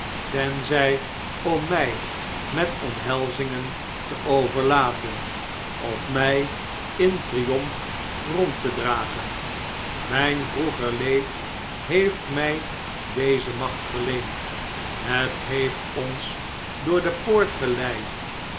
tenzjj om mij met omhelzingen te overladen of my in triomf rond te dragen mijn vroeger leed heeft mij deze macht verleend net heeft ons door de poort geleid